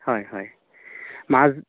হয় হয় মাজু